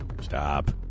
Stop